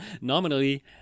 nominally